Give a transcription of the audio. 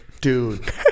Dude